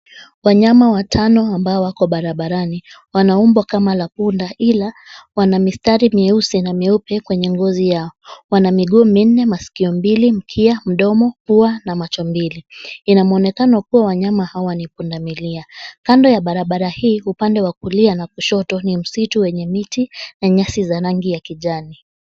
Wanyama watano ambao wako barabarani, wana umbo kama la punda ila wana mistari mieusi na mieupe kwenye ngozi yao. Wana miguu minne, masikio mbili, mkia, mdomo, pua na macho mbili. Ina muonekano kuwa wanyama hawa ni punda milia. Kando ya barabara hii upande wa kulia na kushoto ni msitu wenye miti na nyasi za rangi ya kijani.